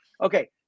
Okay